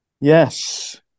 Yes